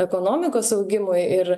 ekonomikos augimui ir